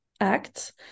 acts